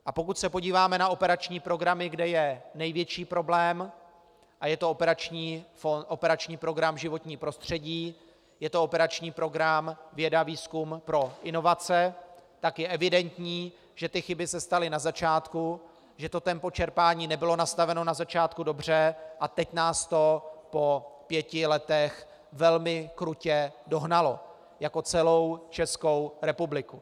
A pokud se podíváme na operační programy, kde je největší problém, a je to operační program Životní prostředí, je to operační program Věda a vývoj pro inovace, tak je evidentní, že ty chyby se staly na začátku, že tempo čerpání nebylo nastaveno na začátku dobře, a teď nás to po pěti letech velmi krutě dohnalo jako celou Českou republiku.